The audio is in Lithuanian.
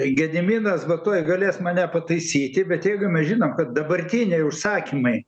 gediminas va tuoj galės mane pataisyti bet jeigu mes žinom kad dabartiniai užsakymai